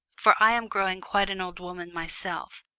for i am growing quite an old woman myself,